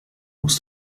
musst